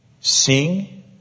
seeing